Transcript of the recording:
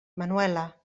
manuela